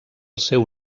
seu